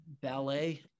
ballet